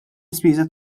ispiża